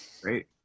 Great